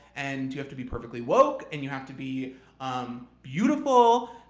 and you have to be perfectly woke and you have to be um beautiful.